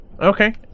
Okay